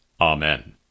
Amen